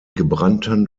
gebrannten